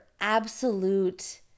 absolute